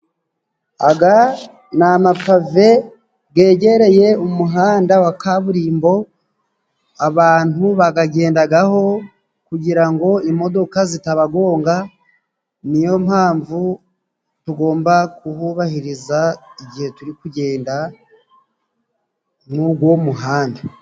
Aga ni amapave gegereye umuhanda wa kaburimbo, abantu bagagendagaho kugira ngo imodoka zitabagonga, ni yo mpamvu tugomba kuhububahiriza igihe turi kugenda mu guwo muhanda.